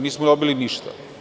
Nismo dobili ništa.